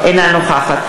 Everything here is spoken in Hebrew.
אינה נוכחת